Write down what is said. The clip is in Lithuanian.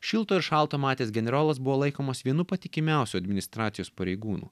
šilto ir šalto matęs generolas buvo laikomas vienu patikimiausių administracijos pareigūnų